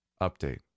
Update